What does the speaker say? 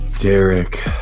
Derek